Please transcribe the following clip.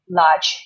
large